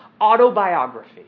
autobiography